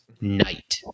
night